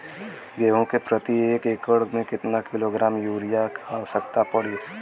गेहूँ के प्रति एक एकड़ में कितना किलोग्राम युरिया क आवश्यकता पड़ी?